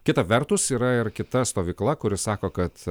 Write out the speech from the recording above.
kita vertus yra ir kita stovykla kuri sako kad